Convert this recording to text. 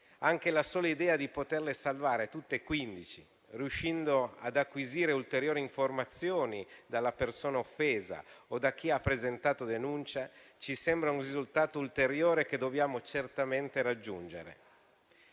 Anche la sola idea di poterle salvare tutte e quindici, riuscendo ad acquisire ulteriori informazioni dalla persona offesa o da chi ha presentato denuncia, ci sembra un risultato ulteriore, che dobbiamo certamente raggiungere.